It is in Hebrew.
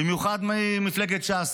במיוחד ממפלגת ש"ס.